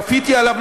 כפיתי עליו,